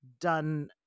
done